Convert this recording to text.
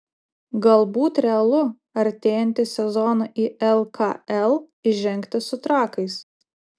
galbūt realu artėjantį sezoną į lkl įžengti su trakais